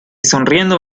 sonriendo